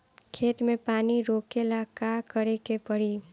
खेत मे पानी रोकेला का करे के परी?